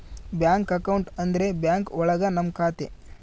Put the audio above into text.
bank account ಅಂದ್ರೆ bank ಒಳಗ ನಮ್ ಖಾತೆ